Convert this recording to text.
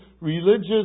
religious